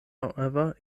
however